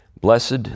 Blessed